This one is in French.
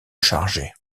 charger